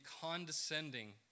condescending